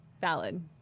valid